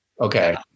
Okay